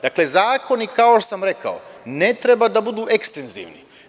Dakle, zakoni, kao što sam rekao, ne treba da budu ekstenzivni.